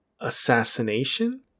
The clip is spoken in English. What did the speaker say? assassination